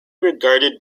regarded